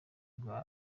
bwa